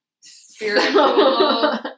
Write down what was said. Spiritual